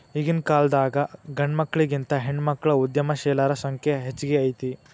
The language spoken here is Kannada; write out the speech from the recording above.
ಈಗಿನ್ಕಾಲದಾಗ್ ಗಂಡ್ಮಕ್ಳಿಗಿಂತಾ ಹೆಣ್ಮಕ್ಳ ಉದ್ಯಮಶೇಲರ ಸಂಖ್ಯೆ ಹೆಚ್ಗಿ ಐತಿ